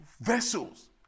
vessels